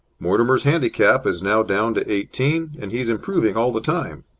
mortimer's handicap is now down to eighteen, and he is improving all the time.